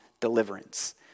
deliverance